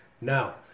Now